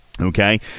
okay